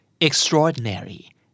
extraordinary